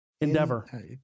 Endeavor